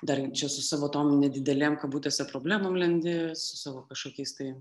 dar čia su savo tom nedidelėm kabutėse problemom lendi su savo kažkokiais tai